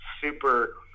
super